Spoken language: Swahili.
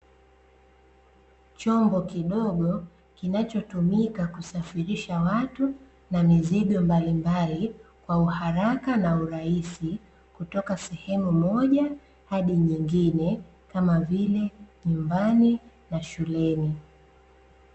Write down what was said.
Chombo kidogo kinacho tumika kusafirisha watu na mizigo mbalimbali kwa uharaka na urahisi kutoka sehemu moja hadi nyingine kama vile nyumbani, na shuleni.